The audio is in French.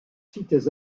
sites